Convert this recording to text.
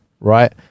Right